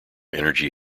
energy